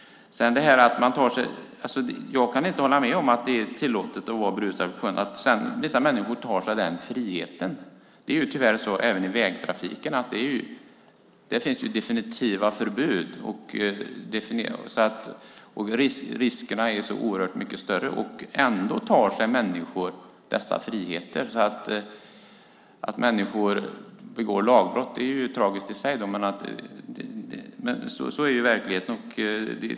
Jag kan inte hålla med om att det är tillåtet att vara berusad på sjön. Sedan finns det vissa människor som tar sig den friheten. Tyvärr är det så även i vägtrafiken. Där finns det definitiva förbud, och riskerna är så oerhört mycket större. Ändå tar sig människor dessa friheter. Det är tragiskt i sig att människor begår lagbrott, men sådan är verkligheten.